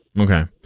Okay